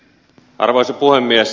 arvoisa puhemies